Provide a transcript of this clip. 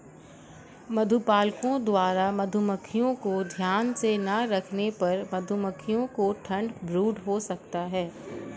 मधुपालकों द्वारा मधुमक्खियों को ध्यान से ना रखने पर मधुमक्खियों को ठंड ब्रूड हो सकता है